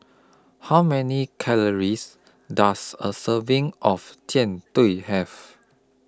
How Many Calories Does A Serving of Jian Dui Have